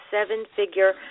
seven-figure